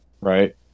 right